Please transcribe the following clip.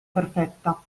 perfetta